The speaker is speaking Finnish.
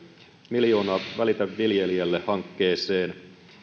miljoona välitä viljelijästä hankkeeseen